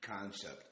concept